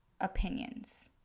opinions